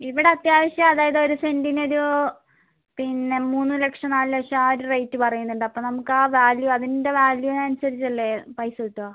ഇവിടെ അത്യാവശ്യം അതായത് ഒരു സെന്റിനൊരു പിന്നെ മൂന്ന് ലക്ഷം നാല് ലക്ഷം ആ ഒരു റേറ്റ് പറയുന്നുണ്ട് അപ്പം നമുക്കാ വാല്യൂ അതിന്റെ വാല്യൂവിനനുസരിച്ചല്ലേ പൈസ കിട്ടുക